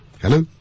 Hello